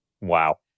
Wow